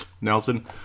Nelson